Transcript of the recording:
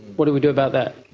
what do we do about that?